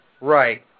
Right